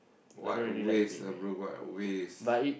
what a waste lah bro what a waste